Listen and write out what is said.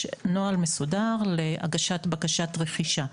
יש נוהל מסודר להגשת בקשת רכישה.